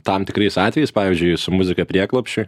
tam tikrais atvejais pavyzdžiui su muzika prieglobsčiui